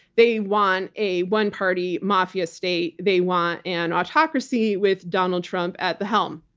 they want a one party mafia state, they want an autocracy with donald trump at the helm.